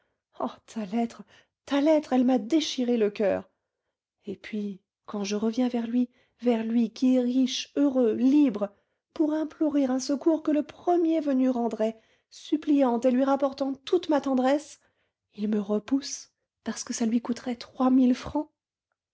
ta lettre ta lettre elle m'a déchiré le coeur et puis quand je reviens vers lui vers lui qui est riche heureux libre pour implorer un secours que le premier venu rendrait suppliante et lui rapportant toute ma tendresse il me repousse parce que ça lui coûterait trois mille francs